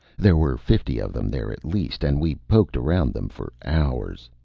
there were fifty of them there at least, and we poked around them for hours.